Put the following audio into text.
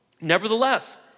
Nevertheless